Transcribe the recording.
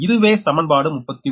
இதுவே சமன்பாடு 39